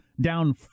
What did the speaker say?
down